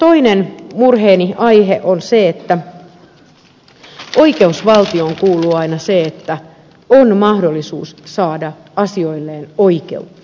toinen murheeni aihe on se että oikeusvaltioon kuuluu aina se että on mahdollisuus saada asioilleen oikeutta